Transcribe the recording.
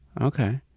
okay